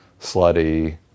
slutty